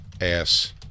ass